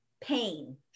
pain